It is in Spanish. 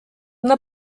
una